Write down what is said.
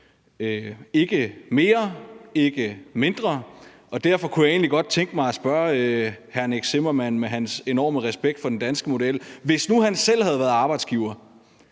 ikke mere, ikke mindre. Derfor kunne jeg egentlig godt tænke mig at spørge hr. Nick Zimmermann, med hans enorme respekt for den danske model: Hvis nu han selv havde været arbejdsgiver,